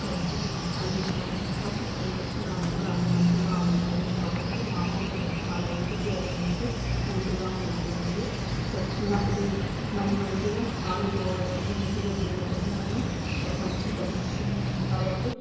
గడ్డి అన్ని పశు సంరక్షణలు కూడా అన్ని మంచిగా ఉంటాయి కాబట్టి మా అమ్మమ్మ వాళ్ళ వాళ్ళ ఇంటికి వెళ్ళాలంటే మంచిగా ఉంటుంది అక్కడ చిన్నప్పటి మంచి మంచిగా ఆడుకోవడము మంచిగా చేయడము అన్నీ మాకు మంచి కలిగించింది కాబట్టి